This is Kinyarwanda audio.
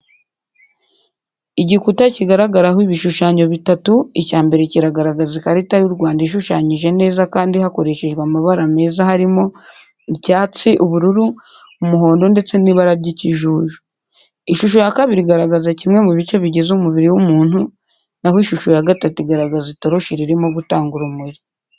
Igikuta kigaragaraho ibishushanyo bitatu icya mbere kiragaragaza ikarita y'u Rwanda ishushanyije neza kandi hakoreshejwe amabara meza harimo icyatsi, ubururu, umuhondo ndetse n'ibara ry'ikijuju. Ishusho ya kabiri igaragaza kimwe mubice bigize umubiri w'umuntu n'aho ishusho ya gatatu igaragaza itoroshi ririmo gutanga urumuri.